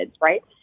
Right